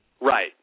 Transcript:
Right